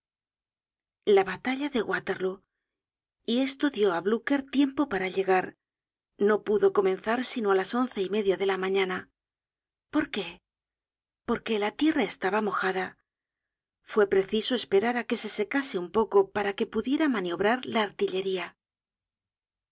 la batalla de waterlóo y esto dió á blucher tiempo para llegar no pudo comenzar sino á las once y media de la mañana por qué porque la tierra estaba mojada fue preciso esperar á que se secase un poco para que pudiera maniobrar la artillería